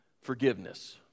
forgiveness